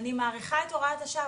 אני מאריכה את הוראת השעה,